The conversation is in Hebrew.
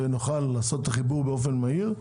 ונוכל לעשות את החיבור באופן מהיר,